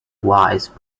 wise